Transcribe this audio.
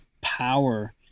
power